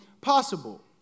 possible